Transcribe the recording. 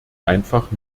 einfach